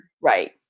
Right